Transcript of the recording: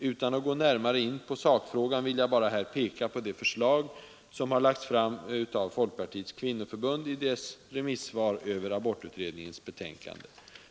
Utan att gå närmare in på sakfrågan vill jag här bara peka på det förslag som har framförts av folkpartiets kvinnoförbund i dess remissvar över abortutredningens betänkande.